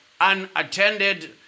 unattended